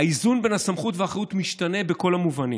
האיזון בין הסמכות לאחריות משתנה בכל המובנים.